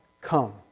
come